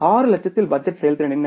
6 லட்சத்தில் பட்ஜெட் செயல்திறன் என்ன